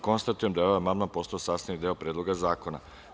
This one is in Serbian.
Konstatujem da je ovaj amandman postao sastavni deo Predloga zakona.